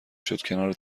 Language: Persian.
شد، کنار